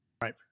Right